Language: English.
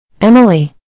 Emily